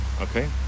Okay